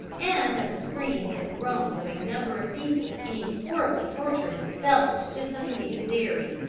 and of the screams and groans of a number of people being horribly tortured in the cellars just underneath the dairy.